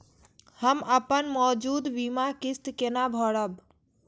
हम अपन मौजूद बीमा किस्त केना भरब?